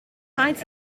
hides